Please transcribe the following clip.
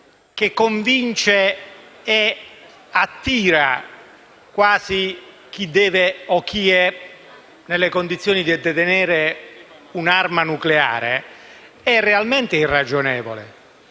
che convince e attira chi è nelle condizioni di detenere un'arma nucleare è realmente irragionevole.